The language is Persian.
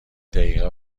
دقیقه